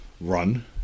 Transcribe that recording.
run